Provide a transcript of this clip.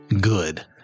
good